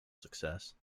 success